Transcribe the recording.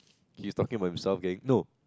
he's talking about himself getting no